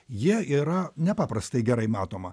jie yra nepaprastai gerai matoma